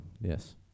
yes